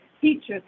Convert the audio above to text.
teachers